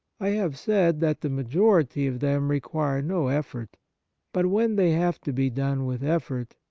i have said that the majority of them require no effort but when they have to be done wnth effort,